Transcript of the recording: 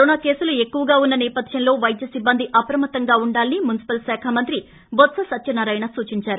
corona కేసులు ఎక్కువగా ఉన్న నేపధ్యంలో వైద్య సిబ్బంది అప్రమత్తంగా ఉండాలని మున్పిపల్ శాఖ మంత్రి బొత్ప సత్యనారాయణ సూచించారు